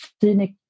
scenic